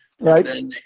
Right